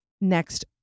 next